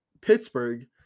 Pittsburgh